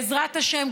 בעזרת השם,